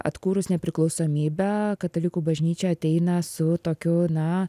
atkūrus nepriklausomybę katalikų bažnyčia ateina su tokiu na